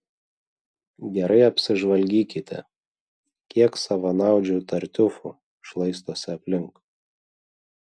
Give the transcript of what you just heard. gerai apsižvalgykite kiek savanaudžių tartiufų šlaistosi aplink